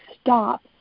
stop